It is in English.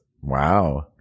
Wow